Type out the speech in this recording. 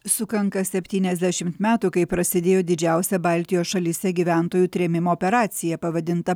sukanka septyniasdešimt metų kai prasidėjo didžiausia baltijos šalyse gyventojų trėmimo operacija pavadinta